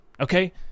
okay